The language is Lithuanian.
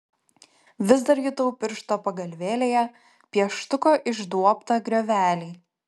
vis dar jutau piršto pagalvėlėje pieštuko išduobtą griovelį